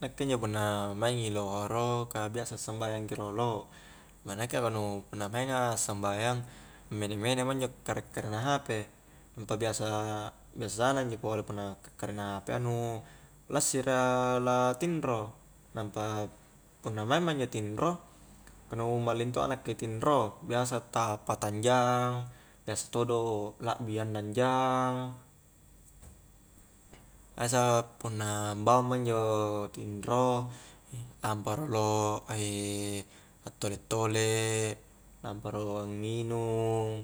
Nakke injo punna maingi lohoro ka biasa sambayang ki rolo ma nakke punna maenga sambahyang mene-mene ma injo kare'-kare'na hp, ampa biasa-biasa n injo pole punna kare'-karena hp a nu lassiri a la tinro nampa punna maing ma injo tinro nu malling to a nakke tinro biasa ta' patang jang biasa todo lakbi annang jang biasa punna ambaung ma injo tinro lampa rolo attole-tole, lampa rolo angnginung